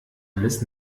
alles